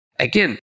Again